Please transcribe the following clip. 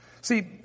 See